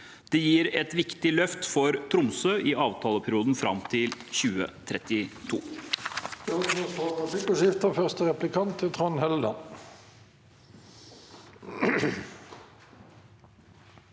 Det gir et viktig løft for Tromsø i avtaleperioden fram til 2032.